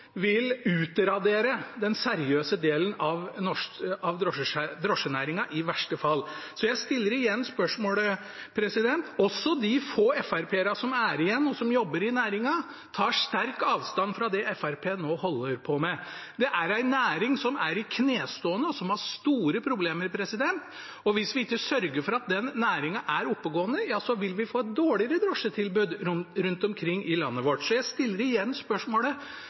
vil utradere den seriøse delen av drosjenæringen i verste fall. Jeg stiller igjen spørsmålet: Også de få Frp-erne som er igjen, og som jobber i næringen, tar sterkt avstand fra det Fremskrittspartiet nå holder på med. Det er en næring som er i knestående, og som har store problemer. Hvis vi ikke sørger for at den næringen er oppegående, ja, så vil vi få et dårligere drosjetilbud rundt omkring i landet vårt. Jeg stiller igjen spørsmålet: